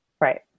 Right